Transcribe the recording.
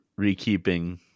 Rekeeping